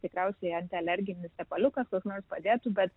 tikriausiai antialerginis tepaliukas koks nors padėtų bet